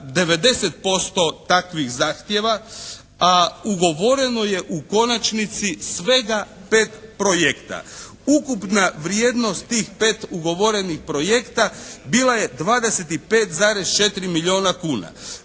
90% takvih zahtjeva, a ugovoreno je u konačnici svega 5 projekata. Ukopna vrijednost tih 5 ugovorenih projekata bila je 25,4 milijuna kuna.